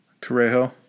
Torrejo